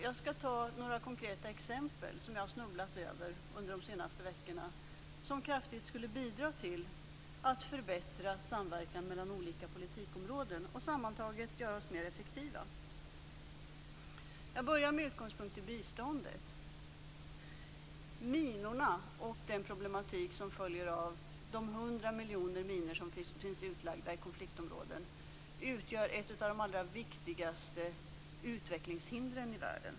Jag skall ta några konkreta exempel på sådant som jag har snubblat över under de senaste veckorna och som kraftigt skulle bidra till att förbättra samverkan mellan olika politikområden och sammantaget göra oss mer effektiva. Jag börjar med utgångspunkt i biståndet. Minorna och den problematik som följer av de 100 miljoner minor som finns utlagda i konfliktområden utgör ett av de allra viktigaste utvecklingshindren i världen.